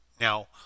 Now